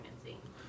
pregnancy